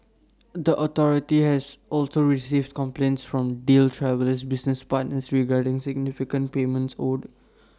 the authority has also received complaints from deal Travel's business partners regarding significant payments owed